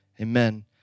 amen